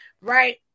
Right